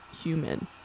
human